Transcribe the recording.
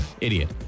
Idiot